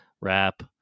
rap